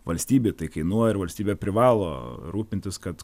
valstybei tai kainuoja ir valstybė privalo rūpintis kad